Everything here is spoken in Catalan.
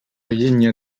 llenya